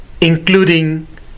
including